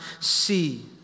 see